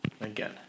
Again